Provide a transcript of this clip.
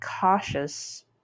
cautious